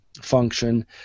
function